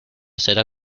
será